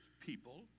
people